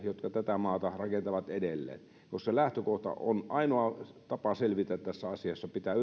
jotka tätä maata rakentavat edelleen koska lähtökohta ainoa tapa selvitä tästä asiasta on pitää